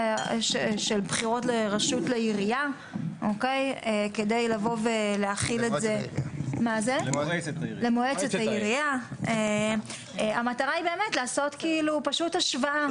הבחירות למועצת העירייה והמטרה היא לעשות השוואה.